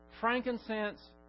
frankincense